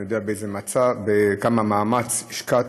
ואני יודע כמה מאמץ השקעת.